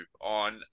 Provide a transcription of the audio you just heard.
on